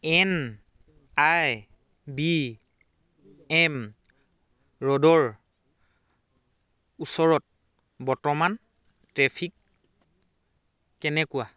N I B M ৰ'ডৰ ওচৰত বৰ্তমান ট্ৰেফিক কেনেকুৱা